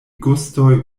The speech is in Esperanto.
gustoj